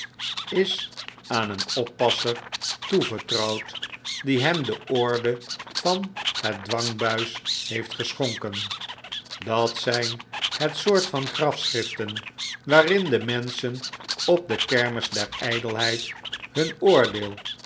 is aan een oppasser toevertrouwd die hem de orde van het dwangbuis heeft geschonken dat zijn het soort van grafschriften waarin de menschen op de kermis der ijdelheid hun oordeel